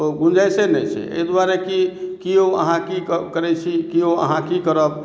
ओ गुंजाइसे नहि छै एहि दुआरे की की यौ अहाँ की करै छी की यौ अहाँ की करब